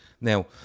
Now